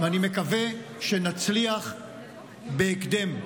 ואני מקווה שנצליח בהקדם.